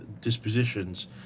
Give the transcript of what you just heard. dispositions